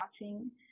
watching